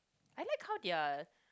I like how they are